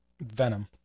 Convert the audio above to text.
Venom